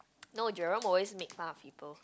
no Jerome will always make fun of people